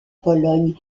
pologne